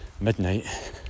midnight